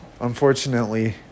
unfortunately